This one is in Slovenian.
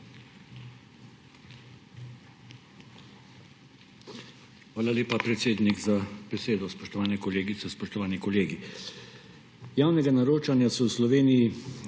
Hvala lepa, predsednik, za besedo. Spoštovane kolegice, spoštovani kolegi! Javnega naročanja se v Sloveniji